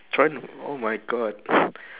trying to oh my god